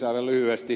aivan lyhyesti